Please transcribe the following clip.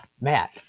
Matt